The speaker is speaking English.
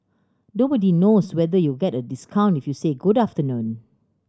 nobody knows whether you'll get a discount if you say good afternoon